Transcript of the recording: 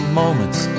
moments